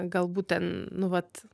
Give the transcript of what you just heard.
galbūt ten nu vat